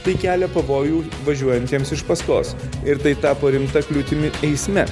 tai kelia pavojų važiuojantiems iš paskos ir tai tapo rimta kliūtimi eisme